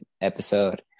episode